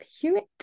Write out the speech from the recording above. Hewitt